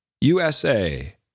USA